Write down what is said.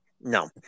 no